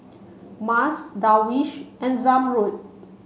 Mas Darwish and Zamrud